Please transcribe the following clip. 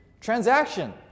transaction